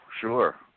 sure